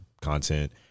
content